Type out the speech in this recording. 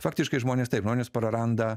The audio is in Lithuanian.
faktiškai žmonės taip žmonės praranda